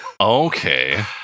Okay